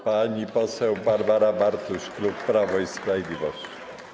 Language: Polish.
Pani poseł Barbara Bartuś, klub Prawo i Sprawiedliwość.